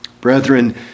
Brethren